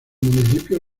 municipio